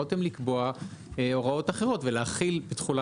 יכולתם לקבוע הוראות אחרות ולהחיל תחולה